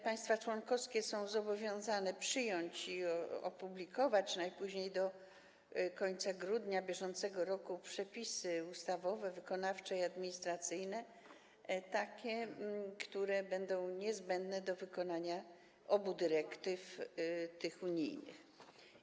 Państwa członkowskie są zobowiązane przyjąć i opublikować najpóźniej do końca grudnia br. przepisy ustawowe, wykonawcze i administracyjne, takie, które będą niezbędne do wykonania obu tych unijnych dyrektyw.